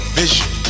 vision